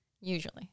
Usually